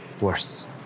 Worse